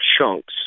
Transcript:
chunks